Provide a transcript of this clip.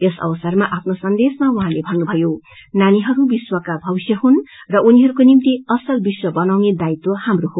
यस अवसरमा आफ्नो संदशमा उहाँले भन्नुभयो नानीहरू विश्वका भविष्य हुन् र उनीहरूको निम्ति असल विश्व बनाउने दायित्व हाम्रो हो